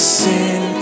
sin